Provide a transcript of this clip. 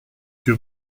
que